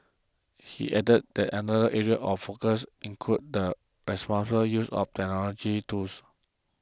he added that another area of focus includes the responsible use of technology tools